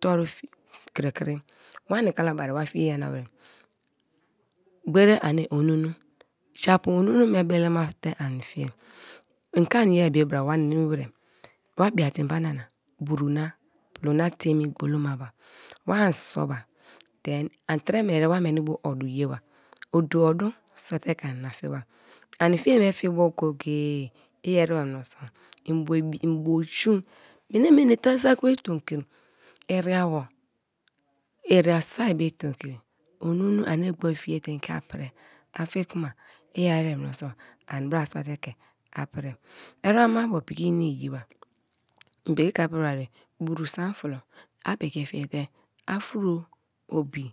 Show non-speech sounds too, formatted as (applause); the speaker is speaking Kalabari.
Tor (unintelligible) kri kri, warie kalabari wa fien ya wer gberi ani onu, japu onunu me belema te an fie ike an be bra wa nim wer, wa biate mbana na buru na pluna teme gbolomaba, waan sow ba then an tre mere wameni bo odu ye ma, odo odu sow te ke an na fie ba ani fiema fie bo go-go-e i ereba mieso (unintelligible) mboju mene mene tari saki be tomkri ariawo iria sow be tomkri onunu ani gbor fiete ike prii a fie kuma i ere mioso ani bra suate ke a prii ermbo piki ine iyiba m pi ka pri mare buru san fulo apiki fiete a furo-obi,